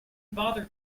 bother